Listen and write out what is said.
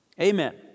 Amen